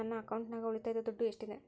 ನನ್ನ ಅಕೌಂಟಿನಾಗ ಉಳಿತಾಯದ ದುಡ್ಡು ಎಷ್ಟಿದೆ?